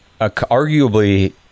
arguably